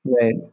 Right